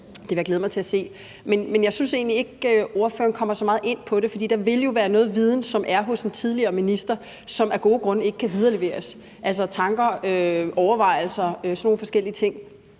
Det vil jeg glæde mig til at se. Men jeg synes egentlig ikke, at ordføreren kommer så meget ind på det, for der vil jo være noget viden, som er hos en tidligere minister, og som af gode grunde ikke kan leveres videre, altså tanker, overvejelser og sådan nogle forskellige ting.